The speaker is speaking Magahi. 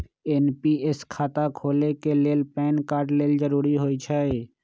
एन.पी.एस खता खोले के लेल पैन कार्ड लेल जरूरी होइ छै